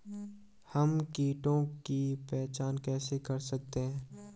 हम कीटों की पहचान कैसे कर सकते हैं?